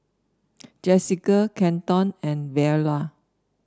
Jessica Kenton and Veola